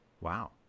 Wow